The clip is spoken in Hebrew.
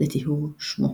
לטיהור שמו.